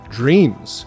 dreams